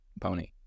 pony